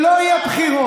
שלא יהיו בחירות.